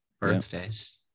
birthdays